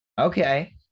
Okay